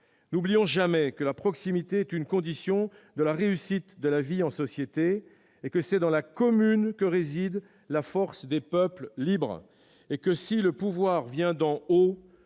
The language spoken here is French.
n'oublions jamais que la proximité est une condition de la réussite de la vie en société et que c'est dans « la commune que réside la force des peuples libres » et que « si le pouvoir vient d'en haut,